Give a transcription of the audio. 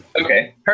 Okay